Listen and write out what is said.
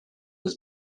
was